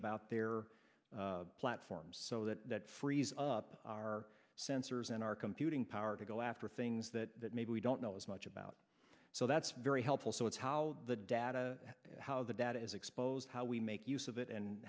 about their platforms so that that frees up our sensors and our computing power to go after things that maybe we don't know as much about so that's very helpful so it's how the data how the data is exposed how we make use of it and